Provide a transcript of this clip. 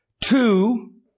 Two